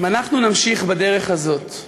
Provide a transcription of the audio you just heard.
אם אנחנו נמשיך בדרך הזאת,